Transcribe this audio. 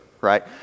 right